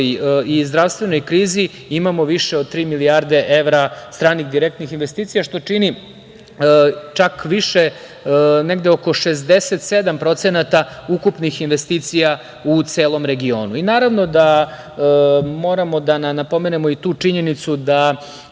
i zdravstvenoj krizi, imamo više od tri milijarde evra stranih direktnih investicija, što čini čak negde oko 67% ukupnih investicija u celom regionu. Naravno da moramo da napomenemo i tu činjenicu da